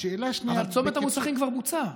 אבל צומת המוסכים כבר בוצע.